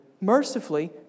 mercifully